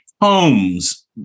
homes